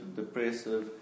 depressive